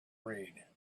read